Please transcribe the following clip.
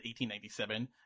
1897